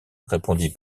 répondit